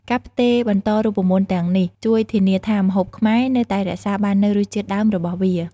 ការផ្ទេរបន្តរូបមន្តទាំងនេះជួយធានាថាម្ហូបខ្មែរនៅតែរក្សាបាននូវរសជាតិដើមរបស់វា។